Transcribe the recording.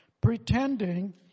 pretending